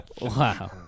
wow